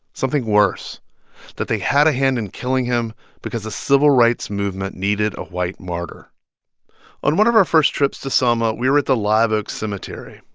something worse that they had a hand in killing him because the civil rights movement needed a white martyr on one of our first trips to selma, we were at the live oak cemetery,